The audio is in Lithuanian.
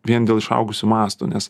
vien dėl išaugusių mastų nes